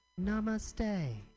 namaste